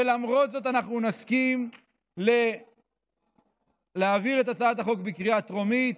ולמרות זאת אנחנו נסכים להעביר את הצעת החוק בקריאה הטרומית